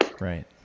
right